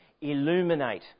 illuminate